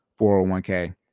401k